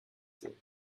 sehen